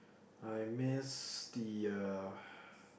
I miss the uh